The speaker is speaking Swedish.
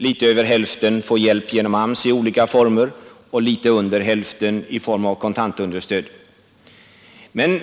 Litet över hälften får hjälp genom AMS i olika former och litet under hälften i form av kontantunderstöd.